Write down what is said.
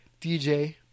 DJ